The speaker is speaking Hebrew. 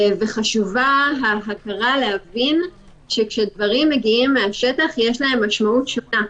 חשוב להבין שכאשר דברים מגיעים מן השטח יש להם משמעות שונה.